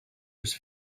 was